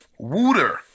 Wooter